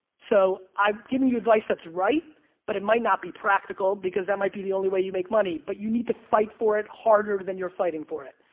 so i have given you advice that's right but it might not be practical because that might be the only way you make money but you need to fight for it harder than you're fighting for it.